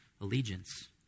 allegiance